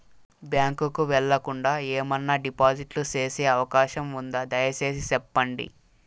Bank కు వెళ్లకుండా, ఏమన్నా డిపాజిట్లు సేసే అవకాశం ఉందా, దయసేసి సెప్పండి?